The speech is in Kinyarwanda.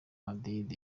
madrid